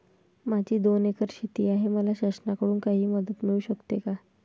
माझी दोन एकर शेती आहे, मला शासनाकडून काही मदत मिळू शकते का?